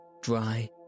dry